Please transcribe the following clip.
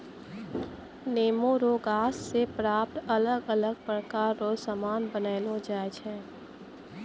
नेमो रो गाछ से प्राप्त अलग अलग प्रकार रो समान बनायलो छै